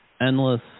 endless